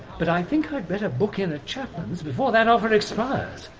but i think i'd better book in at chapman's before that offer expires!